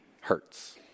hurts